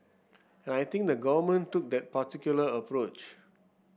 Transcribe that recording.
and I think the Government took that particular approach